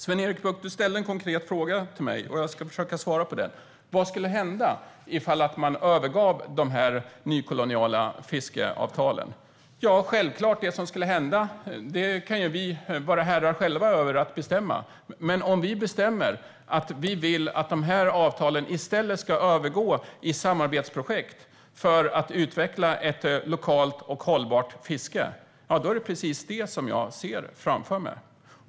Sven-Erik Bucht ställde en konkret fråga till mig, och jag ska försöka svara på den. Vad skulle hända om man övergav de här nykoloniala fiskeavtalen? Det kan vi självklart vara herrar och bestämma över själva. Om vi bestämmer att vi vill att avtalen i stället ska övergå i samarbetsprojekt för att utveckla ett lokalt och hållbart fiske, ja, då är det precis det som jag ser framför mig.